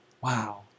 Wow